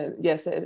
yes